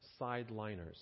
sideliners